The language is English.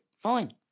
fine